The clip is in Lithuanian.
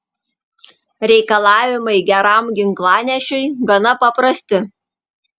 reikalavimai geram ginklanešiui gana paprasti